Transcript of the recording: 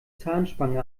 zahnspange